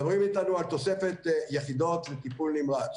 מדברים איתנו על תוספת יחידות לטיפול נמרץ.